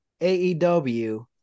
AEW